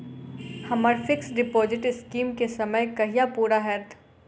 हम्मर fix deposit scheme केँ समय कहिया पूरा हैत?